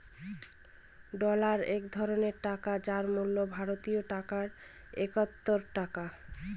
dollar এক ধরনের টাকা যার মূল্য ভারতীয় টাকায় একাত্তর টাকা